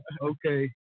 Okay